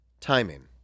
Timing